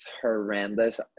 horrendous